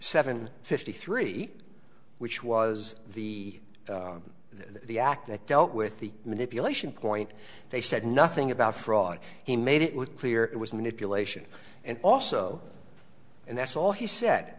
seven fifty three which was the the act that dealt with the manipulation point they said nothing about fraud he made it would clear it was manipulation and also and that's all he said